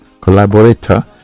collaborator